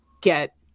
get